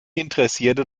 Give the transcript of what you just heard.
interessierte